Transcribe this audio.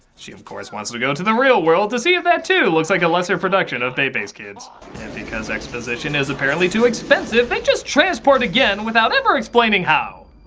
she, of course, wants to go to the real world to see if that too looks like a lesser production of bebe's kids. and because exposition is apparently too expensive they just transport again without ever explaining how.